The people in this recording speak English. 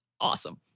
awesome